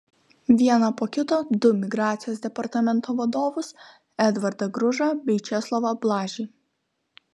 vieną po kito du migracijos departamento vadovus edvardą gružą bei česlovą blažį